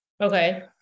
Okay